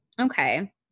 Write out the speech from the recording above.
Okay